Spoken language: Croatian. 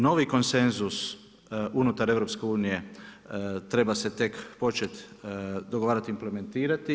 Novi konsenzus unutar EU treba se tek početi dogovarati i implementirati.